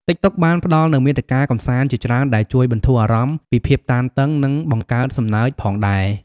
តិកតុកបានផ្ដល់នូវមាតិកាកម្សាន្តជាច្រើនដែលជួយបន្ធូរអារម្មណ៍ពីភាពតានតឹង និងបង្កើតសំណើចផងដែរ។